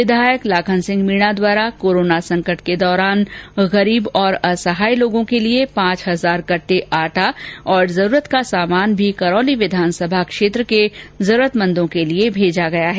विधायक लाखन सिंह मीणा द्वारा कोरोना संकट के दौरान गरीब और असहाय लोगों के लिए पांच हजार कटटे आटा और जरूरत का सामान भी करौली विधानसभा क्षेत्र के जरूरतमंदों के लिए भेजा गया है